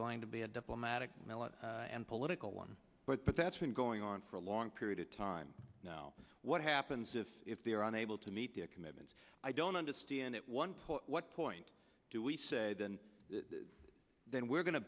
going to be a diplomatic military and political one but that's been going on for a long period of time now what happens if the iran able to meet their commitments i don't understand it one point what point do we say then then we're going to